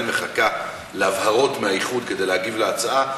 מחכה להבהרות מהאיחוד כדי להגיב על ההצעה,